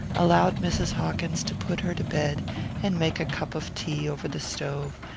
allowed mrs. hawkins to put her to bed and make a cup of tea over the stove,